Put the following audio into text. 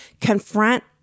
Confront